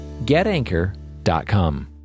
getanchor.com